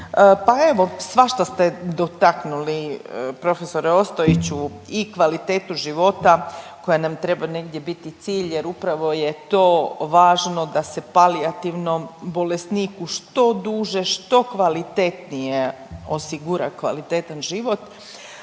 Pa evo, svašta ste dotaknuli prof. Ostojiću, i kvalitetu života koja nam treba negdje biti cilj jer upravo je to važno da se palijativnom bolesniku što duže, što kvalitetnije osigura kvalitetan život.